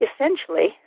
essentially